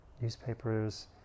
newspapers